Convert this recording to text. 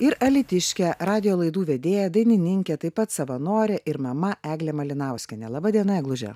ir alytiškė radijo laidų vedėja dainininkė taip pat savanorė ir mama eglė malinauskienė laba diena egluže